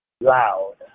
loud